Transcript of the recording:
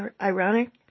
ironic